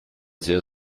sehr